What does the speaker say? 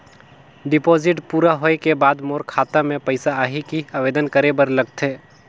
Deposit पूरा होय के बाद मोर खाता मे पइसा आही कि आवेदन करे बर लगथे?